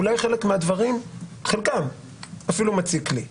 אולי חלק מהדברים אפילו מציק לי,